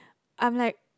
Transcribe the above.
I'm like